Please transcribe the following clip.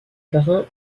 brun